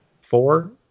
Four